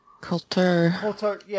Culture